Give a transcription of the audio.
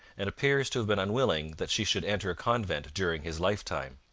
and appears to have been unwilling that she should enter a convent during his lifetime.